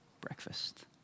breakfast